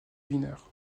wiener